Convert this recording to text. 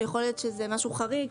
יכול להיות שזה משהו חריג,